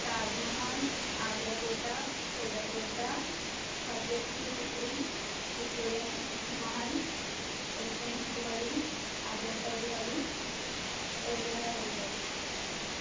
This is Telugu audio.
తాజ్మహల్ ఆగ్రా కోట ఎర్రకోట ఫతేపూర్ సిక్రి విక్టోరియా మె మహల్ ఎలిఫెంట్ గుహలు అజంతా గుహలు ఎల్లోరా గుహలు